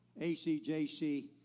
ACJC